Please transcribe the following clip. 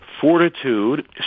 Fortitude